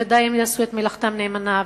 והן בוודאי יעשו את מלאכתן נאמנה.